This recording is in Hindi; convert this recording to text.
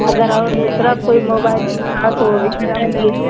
अगर और दूसरा कोई मोबाइल तो वो भी बताईए